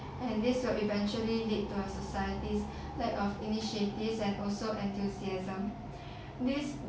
and this will eventually lead a societies lack of initiatives and also enthusiasm this